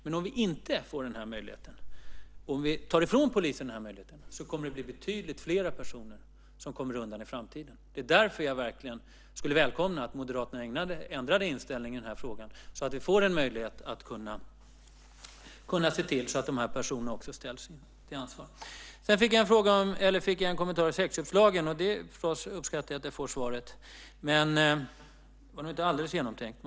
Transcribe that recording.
Men om du inte får den här möjligheten och om vi tar ifrån polisen den så kommer det att bli betydligt fler personer som kommer undan i framtiden. Det är därför jag verkligen skulle välkomna att Moderaterna ändrade inställning i den här frågan så att vi får en möjlighet att se till att de här personerna ställs till ansvar. Jag fick också en kommentar om sexköpslagen. Jag uppskattade att jag fick svar, men det var nog inte alldeles genomtänkt.